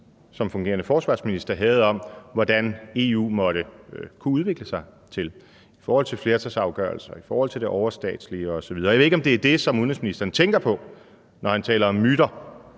som forsvarsminister havde, for, hvad EU måtte kunne udvikle sig til i forhold til flertalsafgørelser, i forhold til det overstatslige osv. Jeg ved ikke, om det er det, som udenrigsministeren tænker på, når han taler om myter,